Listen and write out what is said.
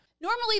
Normally